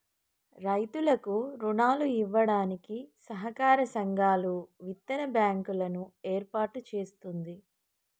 రైతులకు రుణాలు ఇవ్వడానికి సహకార సంఘాలు, విత్తన బ్యాంకు లను ఏర్పాటు చేస్తుంది